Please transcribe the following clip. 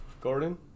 Gordon